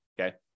okay